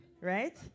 right